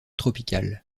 tropicale